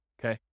okay